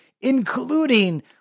including